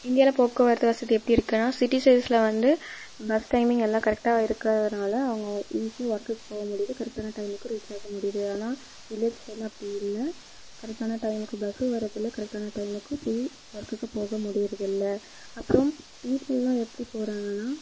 இந்தியாவில் போக்குவரத்து வசதி எப்படி இருக்குனா சிட்டி சைட்ஸில் வந்து பஸ் டைமிங் எல்லாம் கரெக்ட்டாக இருக்கிறதுனால அவங்க ஈஸியாக ஒர்க்குக்கு போக முடியுது கரெக்ட்டான டைம்க்கு ரீச் ஆகமுடியுது ஆனால் விலேஜ் சைடெலாம் அப்படி இல்லை கரெக்ட்டான டைமுக்கு பஸ்ஸும் வரதில்லை கரெக்ட்டான டைமுக்கு ஒர்க்குக்கு போக முடியறது இல்லை அப்புறோம் வீட்டிலையும் எப்படி போகிறாங்கனா